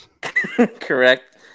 Correct